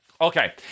Okay